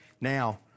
Now